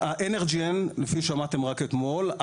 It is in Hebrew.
אנרג'י, כפי ששמעתם רק אתמול,